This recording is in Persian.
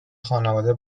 خانواده